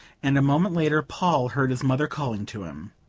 and a moment later paul heard his mother calling to him.